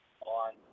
on